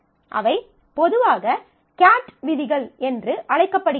அவை பொதுவாக கேட் விதிகள் என்று அழைக்கப்படுகின்றன